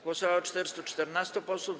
Głosowało 414 posłów.